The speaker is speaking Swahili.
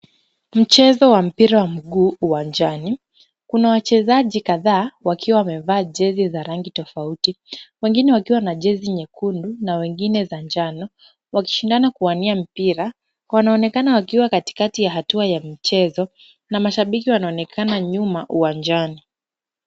Mchezo wa mpira wa miguu uwanjani. Kuna wachezaji kadhaa wakiwa wamevaa jezi za rangi tofauti, wengine wakiwa nyekundu na wengine za njano, wakishindana kuwania mpira. Wanaonekana wakiwa katikati ya hatua ya michezo na mashabiki wanaonekana nyuma uwanjani.